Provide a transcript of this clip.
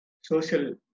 social